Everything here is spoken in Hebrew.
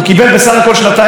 עכשיו, זה לא על העבירה הזו.